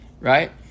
right